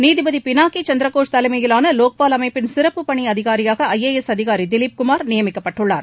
நீதிபதி பினாக்கி சந்திரகோஷ் தலைமையிலான லோக்பால் அமைப்பின் சிறப்பு பணி அதிகாரியாக ஐ ஏ எஸ் அதிகாரி திலிப்குமார் நியமிக்கப்பட்டுள்ளார்